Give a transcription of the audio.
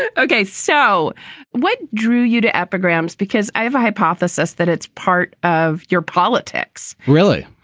ah okay. so what drew you to epigrams? because i have a hypothesis that it's part of your politics. really?